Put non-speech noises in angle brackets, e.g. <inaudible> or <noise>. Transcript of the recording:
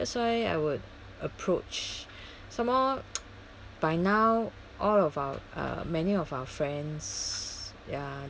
that's why I would approach some more <noise> by now all of our uh many of our friends ya